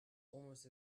almost